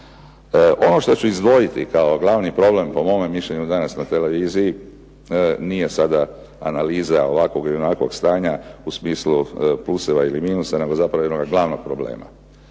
Ono što ću izdvojiti kao glavni problem po mome mišljenju danas na televiziji nije sada analiza ovakvog ili onakvog stanja u smislu pluseva ili minusa nego zapravo jednog glavnog problema.